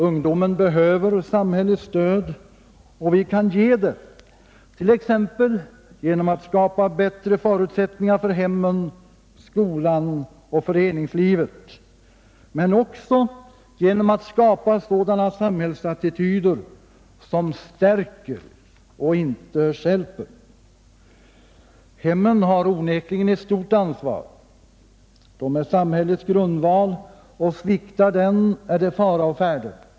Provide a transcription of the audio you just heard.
Ungdomen behöver samhällets stöd, och vi kan ge det, t.ex. genom att skapa bättre förutsättningar för hemmen, skolan och föreningslivet, men också genom att skapa sådana samhällsattityder som stärker och inte sådana som stjälper. Hemmen har onekligen ett stort ansvar. De är samhällets grundval, och sviktar den är det fara å färde.